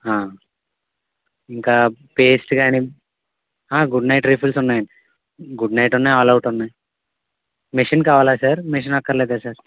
ఇంకా పేస్ట్ కానీ Good Knight refills ఉన్నాయ్ అండి గుడ్ నైట్ ఉన్నాయ్ ఆల్ ఔట్ ఉన్నాయ్ మెషిన్ కావాలా సార్ మెషీన్ అక్కర్లేదా సార్